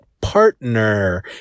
partner